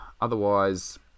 Otherwise